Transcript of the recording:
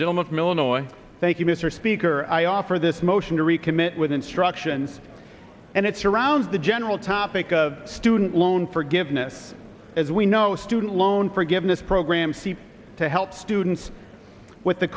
gentleman from illinois thank you mr speaker i offer this motion to recommit with instructions and it's around the general topic of student loan forgiveness as we know student loan forgiveness programs to help students with the